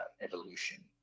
evolution